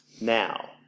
Now